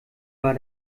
war